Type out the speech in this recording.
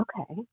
Okay